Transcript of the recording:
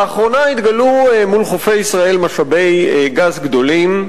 לאחרונה התגלו מול חופי ישראל משאבי גז גדולים,